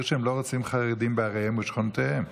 שהם לא רוצים חרדים בעריהם ובשכונותיהם.